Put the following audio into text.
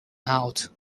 out